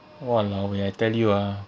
!walao! eh I tell you ah